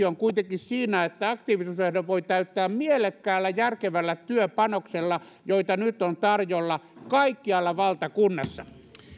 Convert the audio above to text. on kuitenkin siinä että aktiivisuusehdon voi täyttää mielekkäällä järkevällä työpanoksella ja niitä on nyt tarjolla kaikkialla valtakunnassa